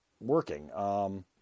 working